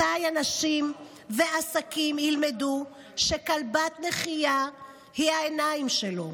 מתי אנשים ועסקים ילמדו שכלבת נחייה היא העיניים שלו?